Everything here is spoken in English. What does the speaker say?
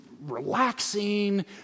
relaxing